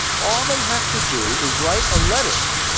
all they have to do is write a letter,